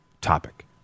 topic